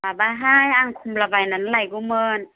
माबाहाय आं कमला बायनानै लायगौमोन